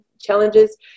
challenges